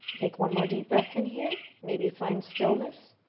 take one more deep breath in here, maybe find stillness.